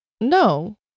No